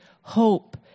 hope